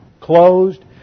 closed